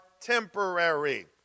temporary